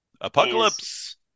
Apocalypse